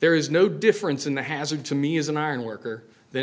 there is no difference in the hazard to me as an iron worker then